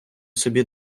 собі